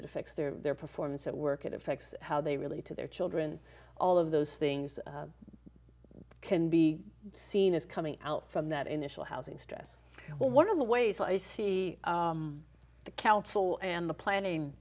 it affects their performance at work it affects how they relate to their children all of those things can be seen as coming out from that initial housing stress well one of the ways i see the council and the planning